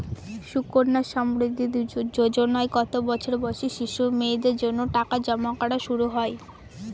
সুকন্যা সমৃদ্ধি যোজনায় কত বছর বয়সী শিশু মেয়েদের জন্য টাকা জমা করা শুরু হয়?